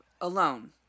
alone